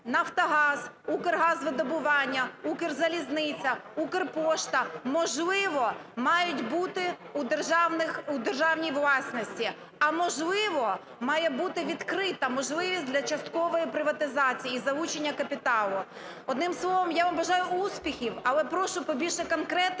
"Нафтогаз", "Укргазвидобування", "Укрзалізниця", "Укрпошта", можливо, мають бути у державній власності, а можливо, має бути відкрита можливість для часткової приватизації і залучення капіталу. Одним словом, я вам бажаю успіхів. Але прошу побільше конкретики,